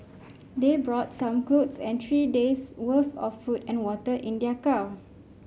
they brought some clothes and three days' worth of food and water in their car